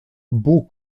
beau